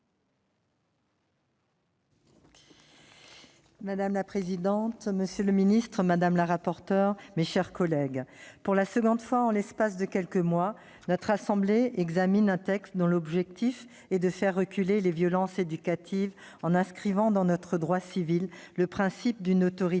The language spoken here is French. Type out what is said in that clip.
Madame la présidente, monsieur le secrétaire d'État, mes chers collègues, pour la seconde fois en l'espace de quelques mois, notre assemblée examine un texte dont l'objet est de faire reculer les violences éducatives en inscrivant dans notre droit civil le principe d'une autorité